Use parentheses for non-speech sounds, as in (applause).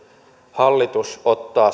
hallitus ottaa (unintelligible)